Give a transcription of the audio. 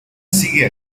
sigue